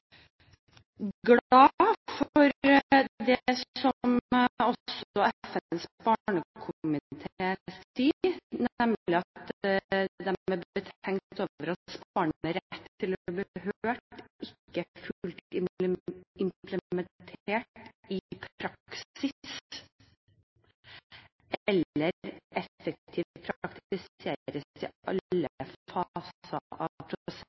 for det som også FNs barnekomité sier, nemlig at de er «betenkt over at barnets rett til å bli hørt ikke er fullt ut implementert i praksis eller effektivt praktisert i